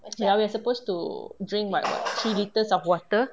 ya we are suppose to drink what three litres of water